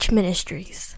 Ministries